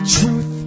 truth